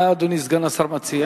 כן, מה אדוני סגן השר מציע?